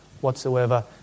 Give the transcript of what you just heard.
whatsoever